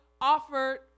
offered